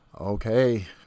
Okay